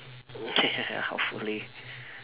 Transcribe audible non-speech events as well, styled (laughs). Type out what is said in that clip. (laughs) ya hopefully